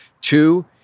Two